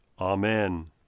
Amen